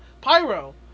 pyro